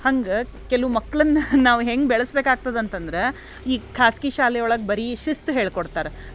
ಹಂಗೆ ಕೆಲ ಮಕ್ಕಳನ್ನ ನಾವು ಹೆಂಗೆ ಬೆಳಸ್ಬೇಕಾಗ್ತದೆ ಅಂತಂದ್ರೆ ಈ ಖಾಸಗಿ ಶಾಲೆಯೊಳಗೆ ಬರೀ ಶಿಸ್ತು ಹೇಳಿಕೊಡ್ತಾರ